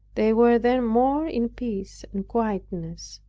they were then more in peace and quietness.